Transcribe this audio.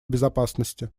безопасности